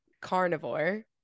carnivore